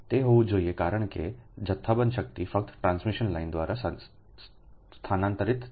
તે હોવું જોઈએ કારણ કે જથ્થાબંધ શક્તિ ફક્ત ટ્રાન્સમિશન લાઇન દ્વારા સ્થાનાંતરિત થશે